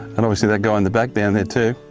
and obviously that guy in the back down there too.